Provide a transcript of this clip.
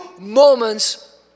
moments